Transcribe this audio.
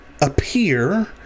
appear